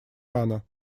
рано